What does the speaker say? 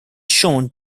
shown